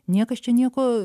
niekas čia nieko